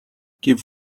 give